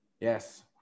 Yes